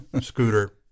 Scooter